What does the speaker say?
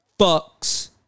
fucks